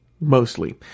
mostly